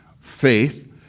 faith